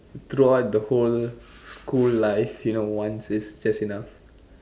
throughout the whole school life you know once is just enough